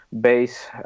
base